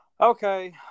Okay